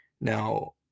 now